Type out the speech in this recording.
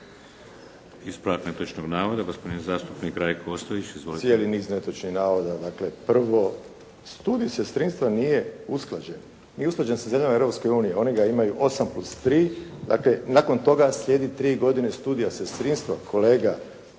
Ispravak netočnog navoda, gospodin zastupnik Rajko Ostojić. Izvolite. **Ostojić, Rajko (SDP)** Cijeli niz netočnih navoda. Prvo, studij sestrinstva nije usklađen. Nije usklađen sa zemljama Europske unije, oni ga imaju 8+3, dakle nakon toga slijedi tri godine studija sestrinstva,